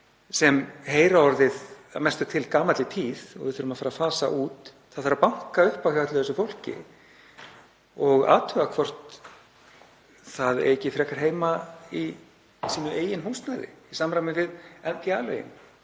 sem heyra orðið að mestu til gamalli tíð og við þurfum að fara að fasa út. Það þarf að banka upp á hjá öllu þessu fólki og athuga hvort það eigi ekki frekar heima í sínu eigin húsnæði í samræmi við NPA-lögin